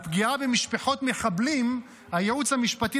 על פגיעה במשפחות מחבלים הייעוץ המשפטי